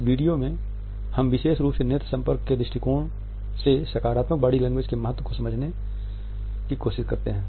इस वीडियो में हम विशेष रूप से नेत्र संपर्क के दृष्टिकोण से सकारात्मक बॉडी लैंग्वेज के महत्व को समझ सकते हैं